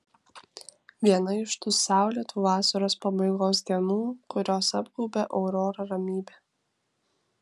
viena iš tų saulėtų vasaros pabaigos dienų kurios apgaubia aurorą ramybe